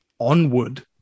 Onward